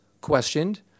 questioned